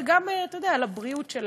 וגם על הבריאות שלנו.